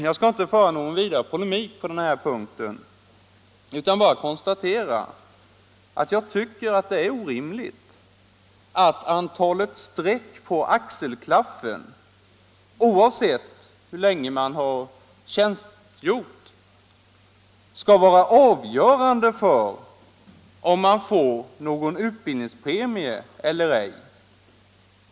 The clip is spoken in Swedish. Jag skall inte föra någon vidare polemik på den här punkten utan bara konstatera att jag tycker det är orimligt att antalet streck på axelklaffen, oavsett hur länge man har tjänstgjort, skall vara avgörande för om man får någon utbildningspremie eller ej.